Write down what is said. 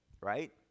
right